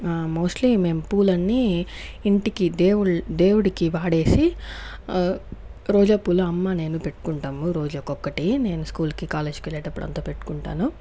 mostly మేం పూలన్నీ ఇంటికి దేవుళ్ళ దేవుడికి వాడేసి రోజాపూలు అమ్మ నేను పెట్టుకుంటాము రోజుకి ఒక్కటి నేను స్కూల్కి కాలేజీకి వెళ్లేటప్పుడు అంత పెట్టుకుంటాను